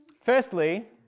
Firstly